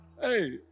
Hey